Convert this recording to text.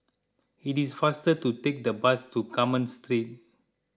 it is faster to take the bus to Carmen Street